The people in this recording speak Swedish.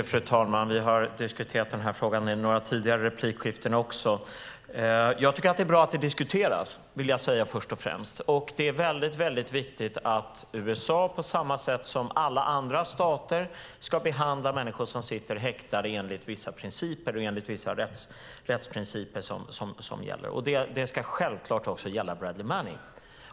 Fru talman! Vi har diskuterat denna fråga i några tidigare replikskiften, och det är bra att den diskuteras. Det är väldigt viktigt att USA på samma sätt som alla andra stater ska behandla människor som sitter häktade enligt vissa gällande rättsprinciper. Det ska självklart också gälla Bradley Manning.